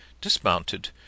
dismounted